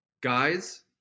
guys